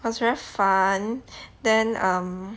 was very 烦 then um